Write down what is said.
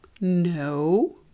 no